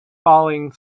falling